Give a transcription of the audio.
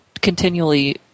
continually